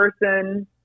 person